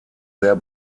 sehr